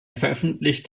veröffentlicht